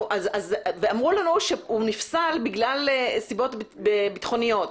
אמרו לנו שהוא נפסל בגלל סיבות ביטחוניות.